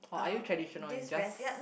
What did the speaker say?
or are you traditional you just